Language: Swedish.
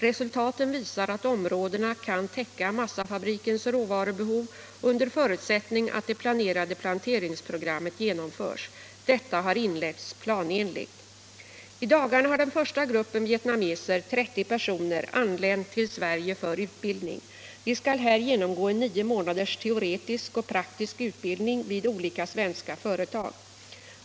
Resultaten visar att områdena kan täcka massafabrikens råvarubehov under förutsättning att det planerade planteringsprogrammet genomförs. Detta har inletts planenligt. I dagarna har den första gruppen vietnameser — 30 personer — anlänt till Sverige för utbildning. De skall här genomgå en nio månaders teoretisk och praktisk utbildning vid olika svenska företag.